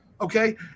okay